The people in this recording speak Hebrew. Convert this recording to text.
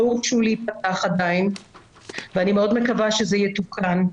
לא הורשו להיפתח עדיין ואני מאוד מקווה שזה יתוקן.